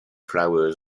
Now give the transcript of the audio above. flowers